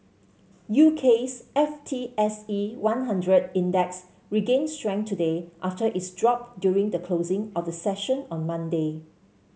UK's F T S E one hundred Index regained strength today after its drop during the closing of the session on Monday